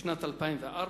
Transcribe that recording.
בשנת 2004,